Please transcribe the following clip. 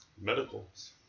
Medicals